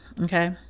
Okay